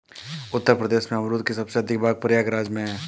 उत्तर प्रदेश में अमरुद के सबसे अधिक बाग प्रयागराज में है